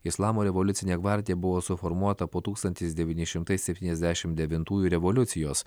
islamo revoliucinė gvardija buvo suformuota po tūkstantis devyni šimtai septyniasdešim devintųjų revoliucijos